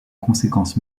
conséquences